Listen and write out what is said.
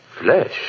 Flesh